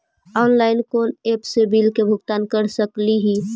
Online कोन app से bill के भुगतान कर सकली ही?